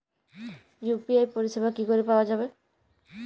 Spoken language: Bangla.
ইউ.পি.আই পরিষেবা কি করে পাওয়া যাবে?